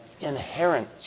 inherent